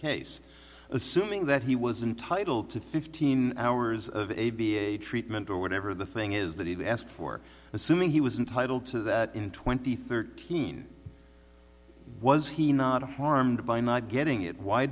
case assuming that he was entitle to fifteen hours of a b a treatment or whatever the thing is that he asked for assuming he was entitled to that in twenty thirteen was he not harmed by not getting it why